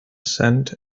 cent